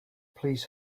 please